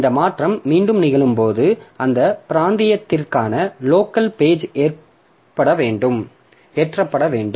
இந்த மாற்றம் மீண்டும் நிகழும்போது அந்த பிராந்தியத்திற்கான லோக்கல் பேஜ் ஏற்றப்பட வேண்டும்